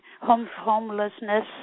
homelessness